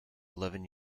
eleven